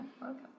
welcome